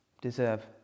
deserve